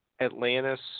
Atlantis